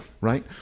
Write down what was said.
right